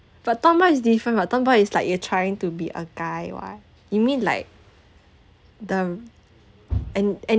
but tomboy is different what tomboy is like you're trying to be a guy [what] you mean like the and